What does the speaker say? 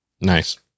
nice